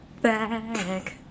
back